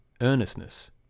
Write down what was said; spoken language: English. earnestness